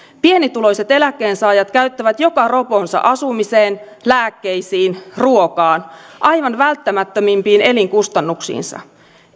pienituloiset eläkkeensaajat käyttävät joka roponsa asumiseen lääkkeisiin ruokaan aivan välttämättömimpiin elinkustannuksiinsa